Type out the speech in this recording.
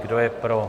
Kdo je pro?